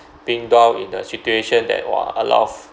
being drown in a situation that !wah! a lot of